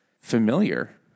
familiar